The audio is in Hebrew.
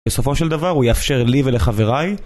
בסופו של דבר הוא יאפשר לי ולחבריי